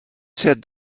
said